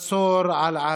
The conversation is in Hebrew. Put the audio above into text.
והמצור על עזה.